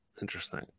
Interesting